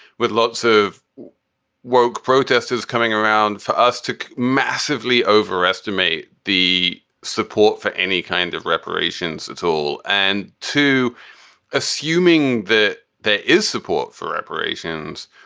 with lots of woak protesters coming around for us to massively overestimate the support for any kind of reparations at all? and to assuming that there is support for reparations,